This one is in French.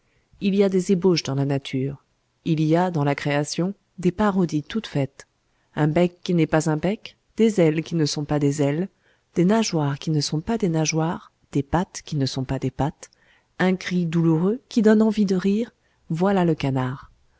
il y a des ébauches dans la nature il y a dans la création des parodies toutes faites un bec qui n'est pas un bec des ailes qui ne sont pas des ailes des nageoires qui ne sont pas des nageoires des pattes qui ne sont pas des pattes un cri douloureux qui donne envie de rire voilà le canard